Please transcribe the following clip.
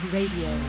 Radio